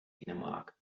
dänemark